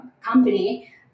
company